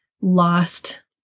lost